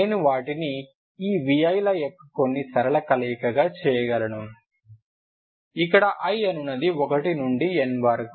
నేను వాటిని ఈviల యొక్క కొన్ని సరళ కలయికగా చేయగలను ఇక్కడ i అనునది 1 నుండి n వరకు ఉంటుంది